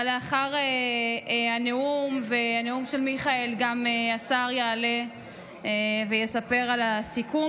אבל לאחר הנאום והנאום של מיכאל גם השר יעלה ויספר על הסיכום.